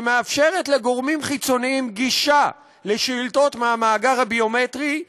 שמאפשרת לגורמים חיצוניים גישה לשאילתות מהמאגר הביומטרי,